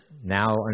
now